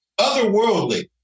otherworldly